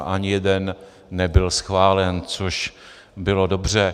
Ani jeden nebyl schválen, což bylo dobře.